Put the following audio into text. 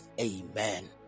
Amen